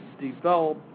develop